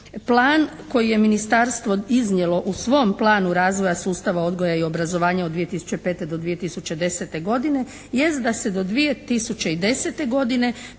plan koji je ministarstvo iznijelo u svom planu razvoja sustava odgoja i obrazovanja od 2005. – 2010. godine jeste da se do 2010. godine